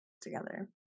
together